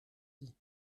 dit